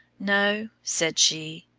no, said she,